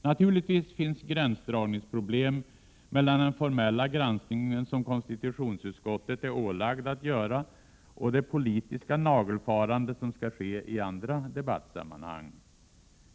Naturligtvis finns gränsdragningsproblem mellan den formella granskning som konstitutionsutskottet är ålagd att göra och det politiska nagelfarande som skall ske i andra debattsammanhang.